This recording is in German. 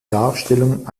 darstellung